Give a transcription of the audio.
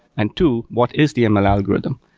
and two, what is the and ml algorithm.